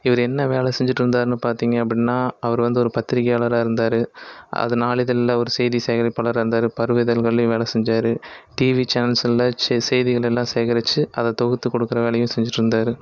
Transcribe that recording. இவரு என்ன வேலை செஞ்சுட்டுருந்தாருனு பார்த்தீங்க அப்படினா அவரு வந்து ஒரு பத்திரிக்கையாளராக இருந்தார் அது நாளிதழில் ஒரு செய்தி சேகரிப்பாளராக இருந்தார் பருவிதழ்கள்லையும் வேலை செஞ்சார் டிவி சேனல்ஸில் செய்திகள எல்லாம் சேகரிச்சு அதை தொகுத்து கொடுக்குற வேலையும் செஞ்சுகிட்டுருந்தாரு